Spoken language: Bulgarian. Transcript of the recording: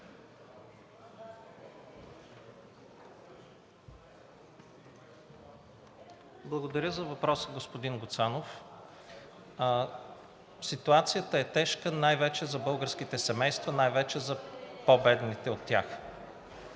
Благодаря за въпроса, господин Гуцанов. Ситуацията е тежка най-вече за българските семейства, най-вече за по-бедните от тях.